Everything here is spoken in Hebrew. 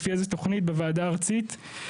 לפי איזה תוכנית בוועדה הארצית.